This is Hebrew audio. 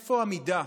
איפה המידה?